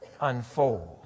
unfold